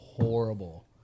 Horrible